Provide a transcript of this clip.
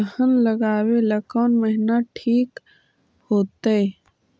दलहन लगाबेला कौन महिना ठिक होतइ?